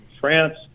France